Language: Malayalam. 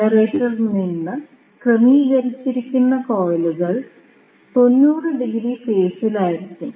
ജനറേറ്ററിൽ ക്രമീകരിച്ചിരിക്കുന്ന കോയിലുകൾ 90 ഡിഗ്രി ഫേസിൽ ആയിരിക്കും